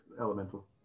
elemental